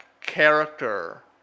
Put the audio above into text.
character